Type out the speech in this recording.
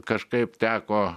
kažkaip teko